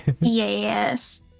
Yes